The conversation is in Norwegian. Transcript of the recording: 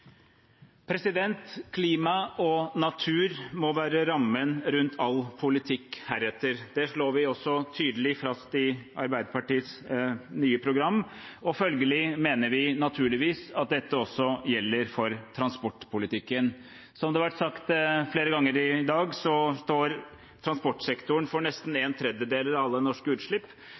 Klima og natur må være rammen rundt all politikk heretter. Det slår vi også tydelig fast i Arbeiderpartiets nye program, og følgelig mener vi naturligvis at dette også gjelder for transportpolitikken. Som det har vært sagt flere ganger i dag, står transportsektoren for nesten en tredjedel av alle norske utslipp,